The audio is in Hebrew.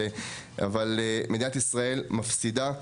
אבל מדינת ישראל מפסידה.